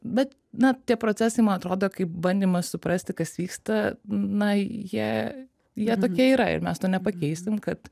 bet na tie procesai man atrodo kaip bandymas suprasti kas vyksta na jie jie tokie yra ir mes to nepakeisim kad